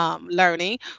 learning